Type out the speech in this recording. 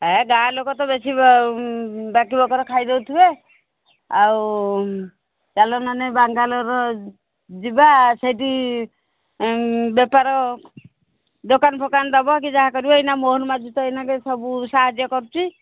ଏ ଗାଁ ଲୋକ ତ ବେଶି ବାକି ବକର ଖାଇଦେଉଥିବେ ଆଉ ଚାଲ ନହେଲେ ବାଙ୍ଗାଲୋରର ଯିବା ସେଇଠି ବେପାର ଦୋକାନ ଫୋକାନ ଦେବ କି ଯାହା କରିବ ଏଇନା ମୋହନ ମାଝି ତ ଏଇନା ସବୁ ସାହାଯ୍ୟ କରୁଛି